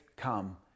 come